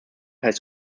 heißt